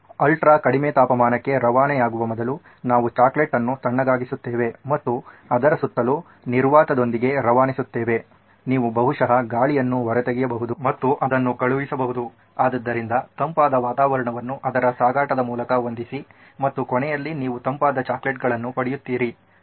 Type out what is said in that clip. ultra ಕಡಿಮೆ ತಾಪಮಾನಕ್ಕೆ ರವಾನೆಯಾಗುವ ಮೊದಲು ನಾವು ಚಾಕೊಲೇಟ್ ಅನ್ನು ತಣ್ಣಗಾಗಿಸುತ್ತೇವೆ ಮತ್ತು ಅದರ ಸುತ್ತಲೂ ನಿರ್ವಾತದೊಂದಿಗೆ ರವಾನಿಸುತ್ತೇವೆ ನೀವು ಬಹುಶಃ ಗಾಳಿಯನ್ನು ಹೊರತೆಗೆಯಬಹುದು ಮತ್ತು ಅದನ್ನು ಕಳುಹಿಸಬಹುದು ಆದ್ದರಿಂದ ತಂಪಾದ ವಾತಾವರಣವನ್ನು ಅದರ ಸಾಗಾಟದ ಮೂಲಕ ಹೊಂದಿಸಿ ಮತ್ತು ಕೊನೆಯಲ್ಲಿ ನೀವು ತಂಪಾದ ಚಾಕೊಲೇಟ್ಗಳನ್ನು ಪಡೆಯುತ್ತೀರಿ